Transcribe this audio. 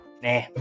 Nah